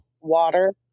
Water